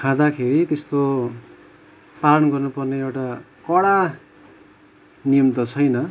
खाँदाखेरि त्यस्तो पालन गर्नुपर्ने एउटा कडा नियम त छैन